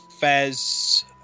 Fez